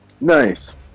Nice